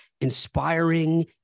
inspiring